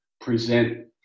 present